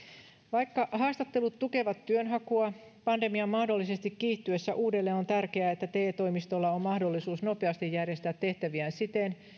vaikka haastattelut tukevat työnhakua pandemian mahdollisesti kiihtyessä uudelleen on tärkeää että te toimistolla on mahdollisuus nopeasti järjestää tehtäviään siten